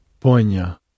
Ponya